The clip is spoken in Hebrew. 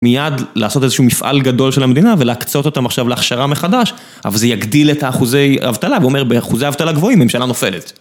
מיד, לעשות איזשהו מפעל גדול של המדינה, ולהקצות אותם עכשיו להכשרה מחדש, אבל זה יגדיל את האחוזי... אבטלה, ואומר, באחוזי אבטלה גבוהים, הממשלה נופלת.